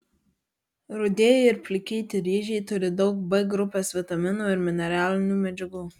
rudieji ir plikyti ryžiai turi daug b grupės vitaminų ir mineralinių medžiagų